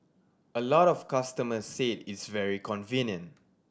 a lot of customers said it's very convenient